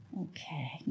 Okay